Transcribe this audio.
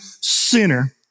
sinner